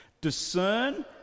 Discern